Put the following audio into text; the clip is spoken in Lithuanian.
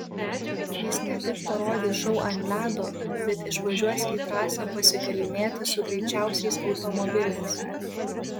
jis ne tik parodys šou ant ledo bet išvažiuos į trasą pasigalynėti su greičiausiais automobiliais